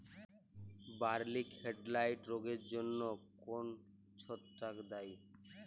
বার্লির হেডব্লাইট রোগের জন্য কোন ছত্রাক দায়ী?